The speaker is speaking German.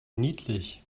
niedlich